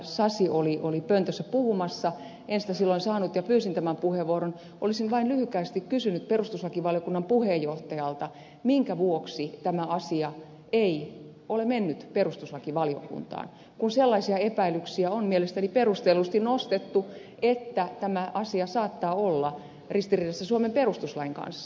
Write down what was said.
sasi oli pöntössä puhumassa mutta en sitä silloin saanut ja pyysin tämän puheenvuoron on se että olisin vain lyhykäisesti kysynyt perustuslakivaliokunnan puheenjohtajalta minkä vuoksi tämä asia ei ole mennyt perustuslakivaliokuntaan kun sellaisia epäilyksiä on mielestäni perustellusti nostettu esille että tämä asia saattaa olla ristiriidassa suomen perustuslain kanssa